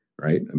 right